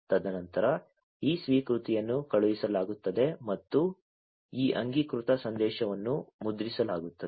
ತದನಂತರ ಈ ಸ್ವೀಕೃತಿಯನ್ನು ಕಳುಹಿಸಲಾಗುತ್ತದೆ ಮತ್ತು ಈ ಅಂಗೀಕೃತ ಸಂದೇಶವನ್ನು ಮುದ್ರಿಸಲಾಗುತ್ತದೆ